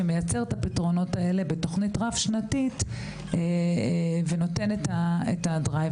שמייצר את הפתרונות האלה בתוכנית רב שנתית ונותן את הדרייב.